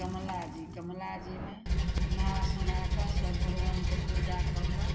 कमला जी कमला जीमे नहा सुना कऽ सब भगवानके पूजा कऽ कऽ